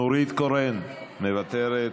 נורית קורן, מוותרת.